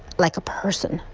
like a person.